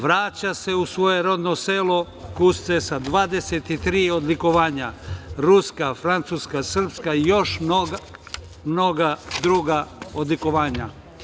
Vraća se u svoje rodno selo Kusce sa 23 odlikovanja, ruska, francuska, srpska i još mnoga druga odlikovanja.